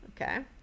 okay